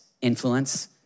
influence